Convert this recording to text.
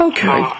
Okay